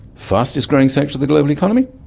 fastest growing section of the global economy?